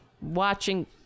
watching